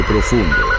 Profundo